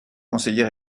conseiller